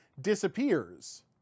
disappears